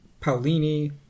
Paulini